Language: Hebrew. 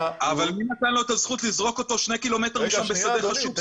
מי נתן לו את הזכות לזרוק אותי שני קילומטרים משם בשדה חשוך?